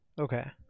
Okay